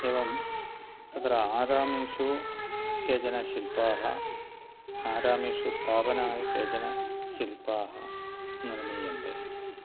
एवं तत्र आरामेषु केचन शिल्पाः आरामेषु स्थापनाय केचन शिल्पाः निर्मीयन्ते